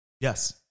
Yes